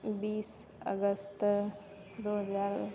दू अगस्त दू हजार